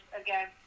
again